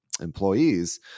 employees